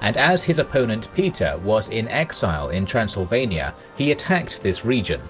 and as his opponent peter was in exile in transylvania, he attacked this region,